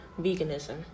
veganism